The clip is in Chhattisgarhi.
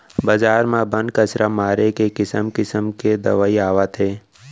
बजार म बन, कचरा मारे के किसम किसम के दवई आवत हे